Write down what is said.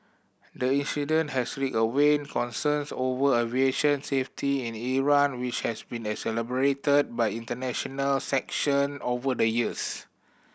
the incident has reawakened concerns over aviation safety in Iran which has been exacerbated by international sanction over the years